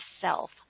self